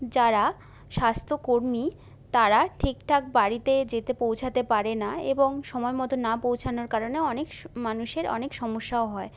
যারা স্বাস্থ্য কর্মী তারা ঠিকঠাক বাড়িতে যেতে পৌঁছাতে পারে না এবং সময় মতো না পৌঁছানোর কারণে অনেক মানুষের অনেক সমস্যাও হয়